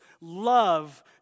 love